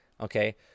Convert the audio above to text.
Okay